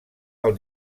del